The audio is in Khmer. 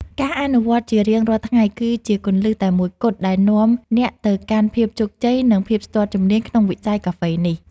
ការអនុវត្តជារៀងរាល់ថ្ងៃ គឺជាគន្លឹះតែមួយគត់ដែលនាំអ្នកទៅកាន់ភាពជោគជ័យ និងភាពស្ទាត់ជំនាញក្នុងវិស័យកាហ្វេនេះ។